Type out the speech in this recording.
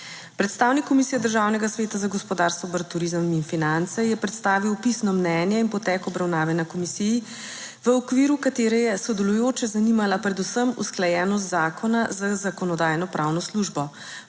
Predstavnik Komisije Državnega sveta za gospodarstvo, obrt, turizem in finance je predstavil pisno mnenje in potek obravnave na komisiji, v okviru katere je sodelujoče zanimala predvsem usklajenost zakona z Zakonodajno-pravno službo.